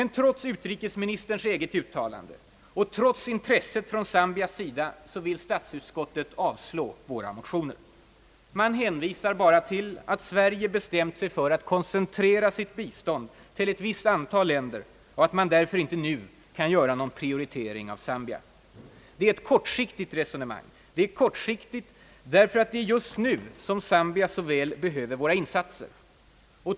Trots utrikesministerns eget uttalande och trots intresset från Zambias sida vill statsutskottet dock avstyrka våra motioner. Utskottet hänvisar bara till att Sverige har bestämt sig för att koncentrera sitt bistånd till ett visst antal länder och att man därför inte nu kan göra någon prioritering av Zambia. Det är ett kortsiktigt resonemang. Det är kortsiktigt därför, att det är just nu som Zambia så väl behöver våra insatser.